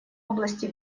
области